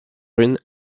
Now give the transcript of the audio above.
une